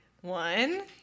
One